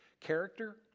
character